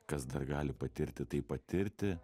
kas dar gali patirti tai patirti